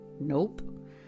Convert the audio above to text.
Nope